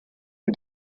new